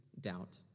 doubt